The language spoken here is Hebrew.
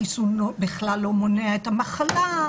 החיסון בכלל לא מונע את המחלה,